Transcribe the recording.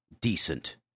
Decent